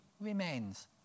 remains